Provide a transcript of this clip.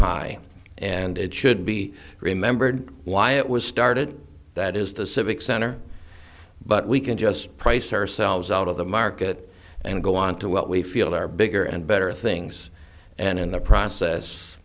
high and it should be remembered why it was started that is the civic center but we can just price ourselves out of the market and go on to what we feel are bigger and better things and in the process